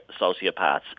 sociopaths